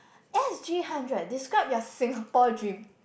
S_G hundred describe your Singapore dream